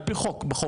על פי חוק כחובה.